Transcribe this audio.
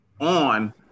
on